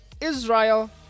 Israel